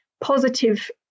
positive